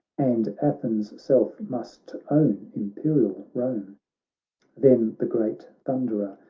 and athens' self must own imperial rome then the great thunderer,